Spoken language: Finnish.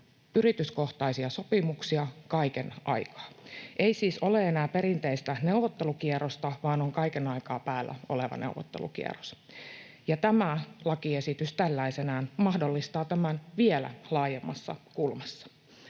yrityskohtaisia sopimuksia kaiken aikaa. Ei siis ole enää perinteistä neuvottelukierrosta, vaan on kaiken aikaa päällä oleva neuvottelukierros, ja tämä lakiesitys tällaisenaan mahdollistaa tämän vielä laajemmassa kulmassa.